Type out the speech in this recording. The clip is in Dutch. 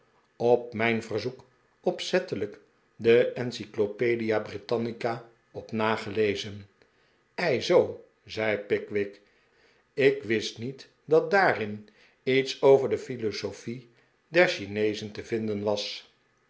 op mijn verzoek opzettelijk de encyclopaedia brittannica op nagelezen ei zoo zei pickwick ik wist niet dat daarin iets over de philosophie der chineezen te vinden was